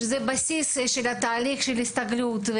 שזה בסיס התהליך של הסתגלות.